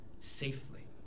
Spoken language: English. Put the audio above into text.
safely